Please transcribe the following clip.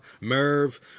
Merv